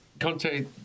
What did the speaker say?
Conte